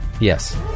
Yes